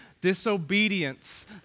disobedience